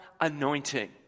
Anointing